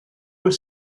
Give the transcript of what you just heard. were